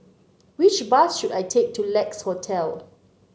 which bus should I take to Lex Hotel